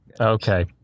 Okay